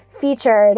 featured